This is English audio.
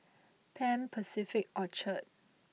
Pan Pacific Orchard